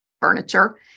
furniture